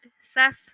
Seth